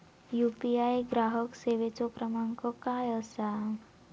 UPI ग्राहक सेवेचो क्रमांक काय असा?